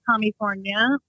California